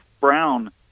Brown